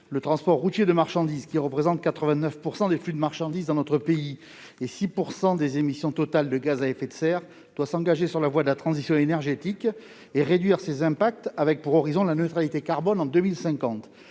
Le transport routier de marchandises, qui représente 89 % des flux de marchandises dans notre pays et 6 % des émissions totales de gaz à effet de serre, doit s'engager sur la voie de la transition énergétique et réduire ses impacts, avec pour horizon la neutralité carbone en 2050.